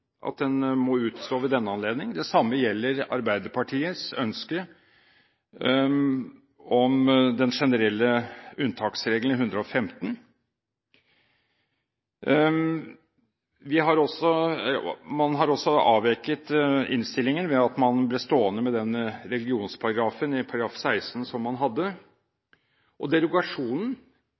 at den må utstå ved denne anledning. Det samme gjelder Arbeiderpartiets ønske om den generelle unntaksregelen, § 115. Man har også avveket fra innstillingen ved at man ble stående med den religionsparagrafen, i § 16, som man hadde. Og derogasjonen,